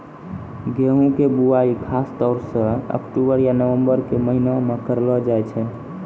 गेहूँ के बुआई खासतौर सॅ अक्टूबर या नवंबर के महीना मॅ करलो जाय छै